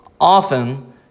often